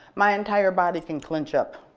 my entire body can clench up,